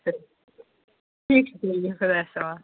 ٹھیٖک چھُ بِہِو خدایس حَوال